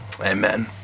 Amen